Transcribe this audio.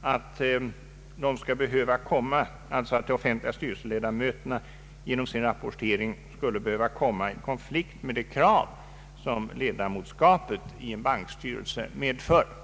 att de offentliga styrelseledamöterna genom sin rapportering skulle behöva komma i konflikt med de krav som ledamotskap i bankstyrelse medför.